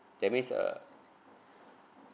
that means uh